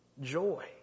joy